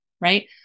right